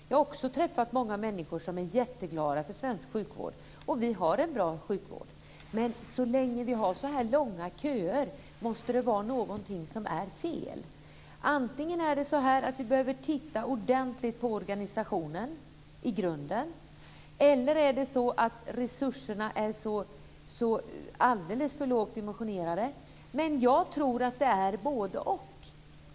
Jag har också träffat många människor som är jätteglada över den svenska sjukvården. Vi har en bra sjukvård men så länge vi har så långa köer måste det vara någonting som är fel. Antingen behöver vi ordentligt, i grunden, se över organisationen eller också är resurserna alldeles för lågt dimensionerade. Jag tror att det är fråga om både-och.